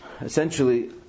essentially